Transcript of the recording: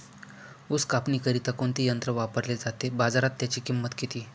ऊस कापणीकरिता कोणते यंत्र वापरले जाते? बाजारात त्याची किंमत किती?